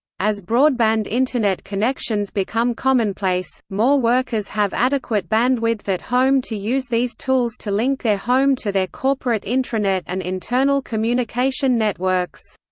as broadband internet connections become commonplace, more workers have adequate bandwidth at home to use these tools to link their home to their corporate intranet and internal communication networks.